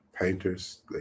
painters